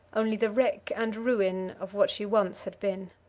only the wreck and ruin of what she once had been.